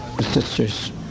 Sisters